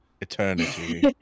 eternity